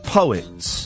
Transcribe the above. poets